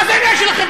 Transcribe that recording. מה זה עניין שלכם?